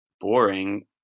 boring